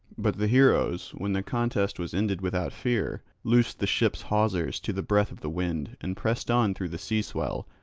but the heroes, when the contest was ended without fear, loosed the ship's hawsers to the breath of the wind and pressed on through the sea-swell.